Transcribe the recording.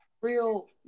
real